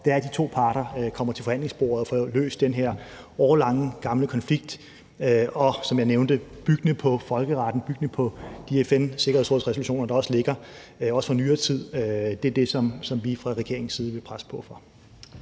er, at de to parter kommer til forhandlingsbordet og får løst den her årelange, gamle konflikt, og som jeg nævnte, byggende på folkeretten og byggende på de FN-sikkerhedsrådsresolutioner, der også ligger, også fra nyere tid. Det er det, som vi fra regeringens side vil presse på for.